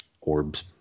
orbs